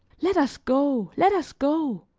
let us go, let us go,